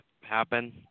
happen